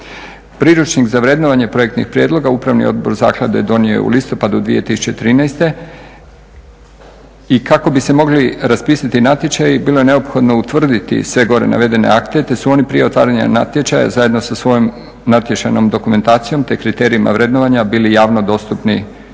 Priručnik za vrednovanje projektnih predmeta Upravni odbor Zaklade donio je u listopadu 2013. i kako bi se mogli raspisati natječaji bilo je neophodno utvrditi sve gore navedene akte te su oni prije otvaranja natječaja zajedno sa svojom natječajnom dokumentacijom te kriterijima vrednovanja bili javno dostupni na